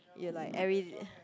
ya like every